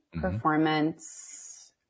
performance